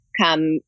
come